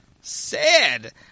sad